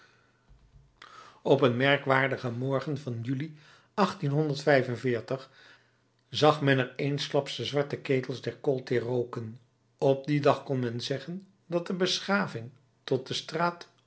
op een merkwaardigen morgen van juli zag men er eensklaps de zwarte ketels der koolteer rooken op dien dag kon men zeggen dat de beschaving tot de straat